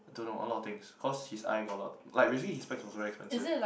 I don't know a lot of things cause his eye got a lot like basically his specs was very expensive